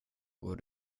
går